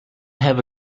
have